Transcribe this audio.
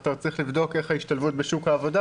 אתה צריך לבדוק איך ההשתלבות בשוק העבודה,